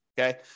Okay